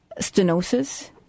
stenosis